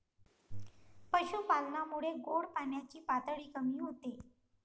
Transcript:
पशुपालनामुळे गोड पाण्याची पातळी कमी होते